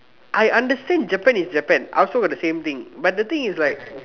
I understand Japan is Japan I also got the same thing but the thing is like